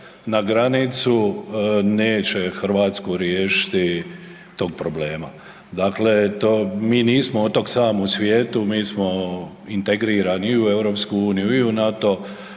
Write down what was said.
na granicu neće Hrvatsku riješiti tog problema. Dakle, to, mi nismo otok sam u svijetu, mi smo integrirani i u Europsku